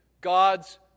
God's